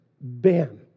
bam